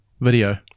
video